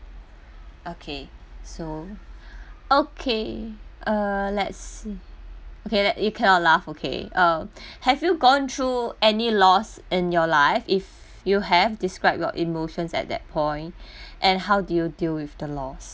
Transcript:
okay so okay err let's see okay okay you cannot laugh okay uh have you gone through any loss in your life if you have describe your emotions at that point and how do you deal with the loss